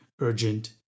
urgent